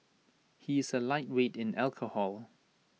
he is A lightweight in alcohol